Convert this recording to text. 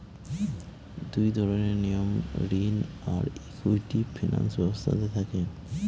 দুই ধরনের নিয়ম ঋণ আর ইকুইটি ফিনান্স ব্যবস্থাতে থাকে